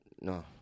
No